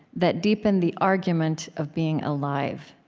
that deepen the argument of being alive.